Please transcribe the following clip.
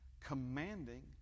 Commanding